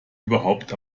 überhaupt